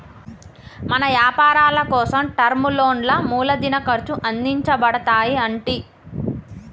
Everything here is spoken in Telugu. మన యపారాలకోసం టర్మ్ లోన్లా మూలదిన ఖర్చు అందించబడతాయి అంటి